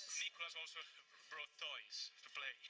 nicolas ah sort of brought toys to play.